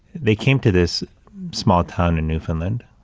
they came to this small town in newfoundland.